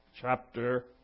chapter